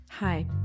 hi